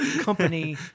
company